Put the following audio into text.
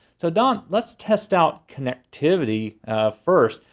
so don, let's test out connectivity first.